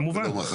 כמובן.